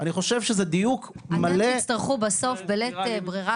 אני חושב שזה דיוק מלא -- אתם תצטרכו בסוף בלית ברירה,